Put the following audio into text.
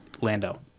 Lando